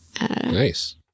nice